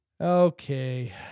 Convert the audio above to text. Okay